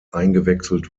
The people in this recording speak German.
eingewechselt